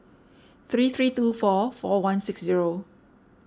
three three two four four one six zero